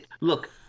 Look